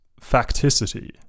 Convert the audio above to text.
facticity